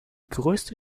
größte